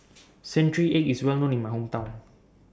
Century Egg IS Well known in My Hometown